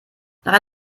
nach